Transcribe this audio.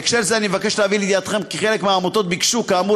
בהקשר זה אני מבקש להביא לידיעתכם כי חלק מהעמותות ביקשו כאמור